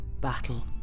battle